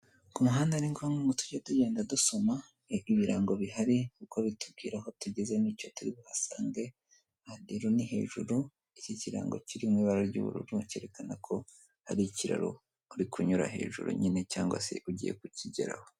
Ku muhanda ni ngombwa ngo tujye tugenda dusoma birango bihari kuko bitubwira aho tugeze n'icyo turi buhasange, aha rero ni hejuru, iki kirango kiri mu ibara ry'ubururu cyerekana ko hari ikiraro uri kunyura hejuru nyine cyangwa se ugiye kukigeraho.